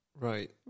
Right